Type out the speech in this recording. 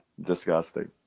Disgusting